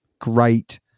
great